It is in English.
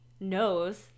knows